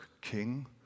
king